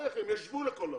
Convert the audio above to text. יש גבול לכל דבר.